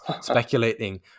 speculating